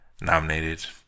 nominated